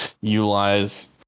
utilize